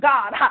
God